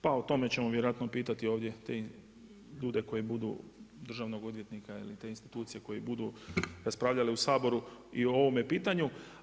Pa o tome ćemo vjerojatno pitati ovdje te ljude koji budu državnog odvjetnika ili te institucije koje budu raspravljale u Saboru i o ovome pitanju.